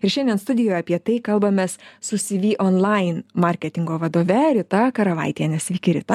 ir šiandien studijoj apie tai kalbamės su cv online marketingo vadove rita karavaitiene sveiki rita